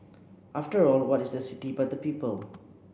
after all what is the city but the people